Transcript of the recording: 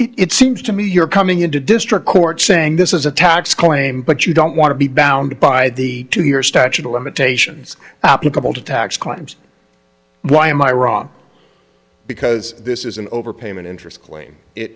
is it seems to me your coming into district court saying this is a tax claim but you don't want to be bound by the two year statute of limitations applicable to tax crimes why am i wrong because this is an overpayment interest claim it